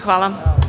Hvala.